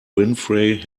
winfrey